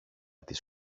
της